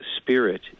spirit